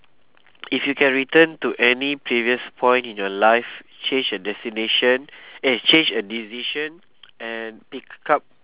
if you can return to any previous point in your life change a destination eh change a decision and pick up